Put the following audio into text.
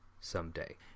someday